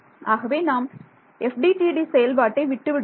ஆகவே நாம் FDTD செயல்பாட்டை விட்டுவிடுவோம்